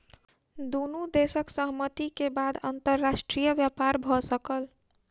दुनू देशक सहमति के बाद अंतर्राष्ट्रीय व्यापार भ सकल